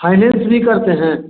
finance भी करते हैं